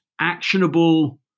actionable